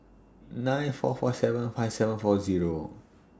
nine four four seven five seven four Zero